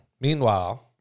Meanwhile